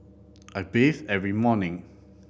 I bathe every morning